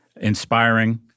inspiring